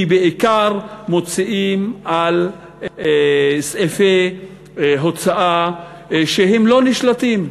כי בעיקר מוציאים על סעיפי הוצאה שהם לא נשלטים.